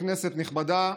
כנסת נכבדה,